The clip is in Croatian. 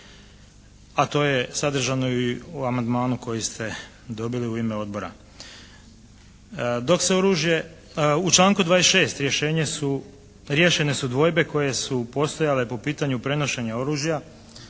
a to je sadržano i u amandmanu koji ste dobili u ime odbora. U članku 26. riješene su dvojbe koje su postojale po pitanju prenošenja oružja